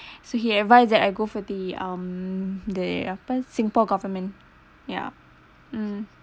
so he advised that I go for the um the apa singapore government yeah mm